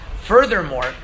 furthermore